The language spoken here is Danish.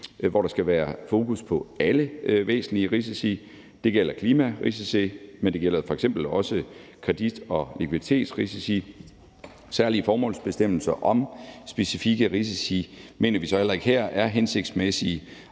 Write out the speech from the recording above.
hvor der skal være fokus på alle væsentlige risici. Det gælder klimarisici, men det gælder f.eks. også kredit- og likviditetsrisici. Særlige formålsbestemmelser om specifikke risici mener vi heller ikke her er hensigtsmæssige